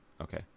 okay